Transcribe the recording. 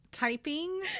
typing